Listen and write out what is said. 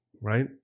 right